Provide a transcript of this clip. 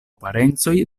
parencoj